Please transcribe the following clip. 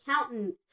accountant